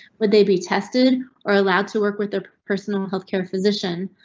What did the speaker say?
would they be tested or allowed to work with their personal health care physician?